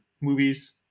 movies